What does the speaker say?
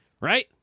Right